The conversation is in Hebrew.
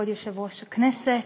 כבוד יושב-ראש הכנסת,